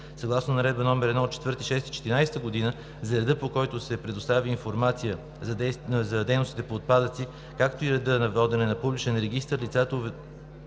Съгласно Наредба № 1 от 4 юни 2014 г. за реда, по който се предоставя информация за дейностите по отпадъци, както и реда на водене на публичен регистър, лицата,